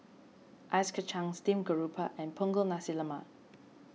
Ice Kachang Steamed Garoupa and Punggol Nasi Lemak